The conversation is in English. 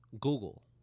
Google